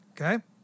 Okay